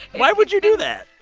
why would you do that?